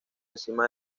encima